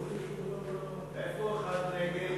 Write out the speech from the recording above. איפה אחד נגד?